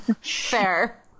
fair